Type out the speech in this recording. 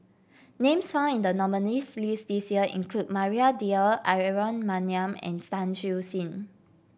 names found in the nominees' list this year include Maria Dyer Aaron Maniam and Tan Siew Sin